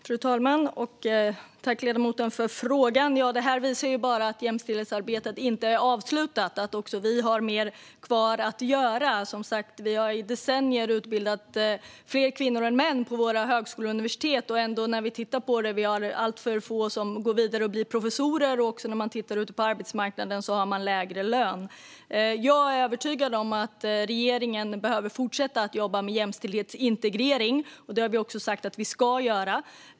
Fru talman! Jag tackar ledamoten för frågan. Detta visar helt enkelt att jämställdhetsarbetet inte är avslutat och att vi har mer kvar att göra. Vi har i decennier utbildat fler kvinnor än män på våra högskolor och universitet, och när vi tittar på det ser vi ändå att alltför få kvinnor går vidare och blir professorer. Tittar vi på arbetsmarknaden ser vi att kvinnor har lägre lön. Jag är övertygad om att regeringen behöver fortsätta att jobba med jämställdhetsintegrering, och det har vi sagt att vi ska göra.